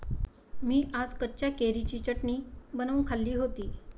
मी आज कच्च्या कैरीची चटणी बनवून खाल्ली होती